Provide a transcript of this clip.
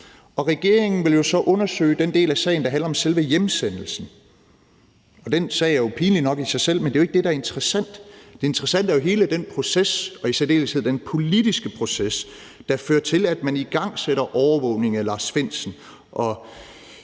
Regeringen vil så undersøge den del af sagen, der handler om selve hjemsendelsen. Den sag er jo pinlig nok i sig selv, men det er jo ikke det, der er interessant. Det interessante er hele den proces og i særdeleshed den politiske proces, der fører til, at man igangsætter overvågning af Lars Findsen, og